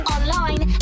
Online